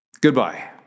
Goodbye